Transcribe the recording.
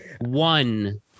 one